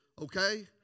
Okay